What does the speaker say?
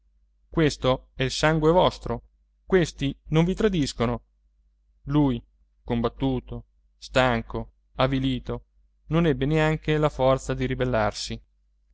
questo è il sangue vostro questi non vi tradiscono lui combattuto stanco avvilito non ebbe neanche la forza di ribellarsi